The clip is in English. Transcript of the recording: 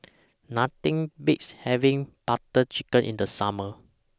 Nothing Beats having Butter Chicken in The Summer